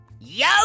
Yo